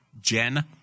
Jen